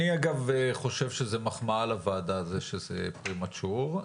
אני אגב חושב שזו מחמאה לוועדה שזה יהיה pre mature,